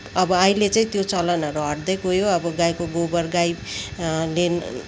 अब अहिले चाहिँ त्यो चलनहरू हट्दै गयो अब गाईको गोबर गाईले